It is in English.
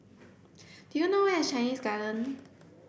do you know where is Chinese Garden